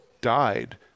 died